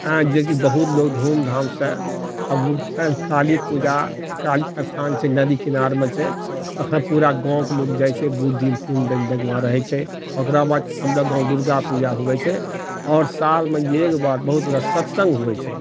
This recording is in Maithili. हँ जेकि बहुत लोग धुमधामसँ आओर मुख्यतः काली पूजा काली स्थान छै नदी किनारमे छै वहाँ पूरा गाँवके लोग जाइ छी दू दिन तीन दिन तक वहाँ रहै छै ओकरा बाद हमरा गाँव दुर्गा पूजा हुवै छै आओर सालमे एक बार बहुत रास सत्सङ्ग होइ छै